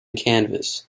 kansas